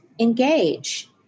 engage